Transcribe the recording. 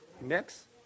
next